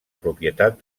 propietat